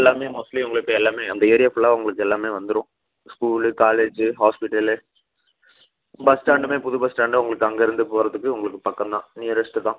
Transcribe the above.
எல்லாமே மோஸ்ட்லி உங்களுக்கு எல்லாமே அந்த ஏரியா ஃபுல்லாக உங்களுக்கு எல்லாமே வந்துடும் ஸ்கூலு காலேஜு ஹாஸ்பிடலு பஸ் ஸ்டாண்டுமே புது பஸ் ஸ்டாண்டு உங்களுக்கு அங்கேயிருந்து போகிறதுக்கு உங்களுக்கு பக்கம் தான் நியரஸ்ட்டு தான்